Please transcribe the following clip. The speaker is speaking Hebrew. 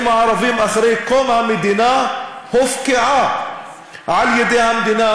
הערבים אחרי קום המדינה הופקעו על-ידי המדינה,